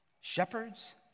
shepherds